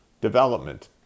development